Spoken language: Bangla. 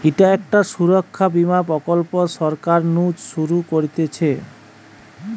ইটা একটা সুরক্ষা বীমা প্রকল্প সরকার নু শুরু করতিছে